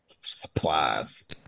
Supplies